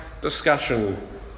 discussion